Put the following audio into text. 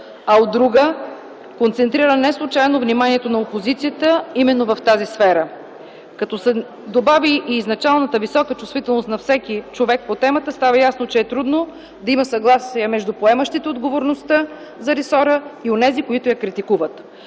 а от друга – концентрира неслучайно вниманието на опозицията именно в тази сфера. Като се добави и изначалната висока чувствителност на всеки човек по темата, става ясно, че е трудно да има съгласие между поемащите отговорността за ресора и онези, които я критикуват.